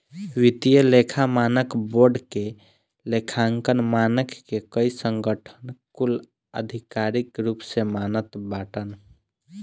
वित्तीय लेखा मानक बोर्ड के लेखांकन मानक के कई संगठन कुल आधिकारिक रूप से मानत बाटन